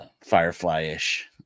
Firefly-ish